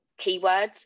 keywords